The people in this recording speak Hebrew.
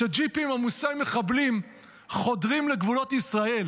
כשג'יפים עמוסי מחבלים חודרים לגבולות ישראל